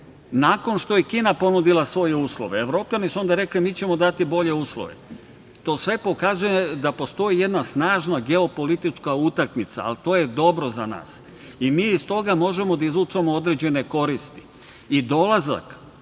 nakon što je Kina ponudila svoje uslove. Evropljani su onda rekli – mi ćemo dati bolje uslove. To sve pokazuje da postoji jedna snažna geopolitička utakmica, ali to je dobro za nas i mi iz toga možemo da izvučemo određene koristi i dolazak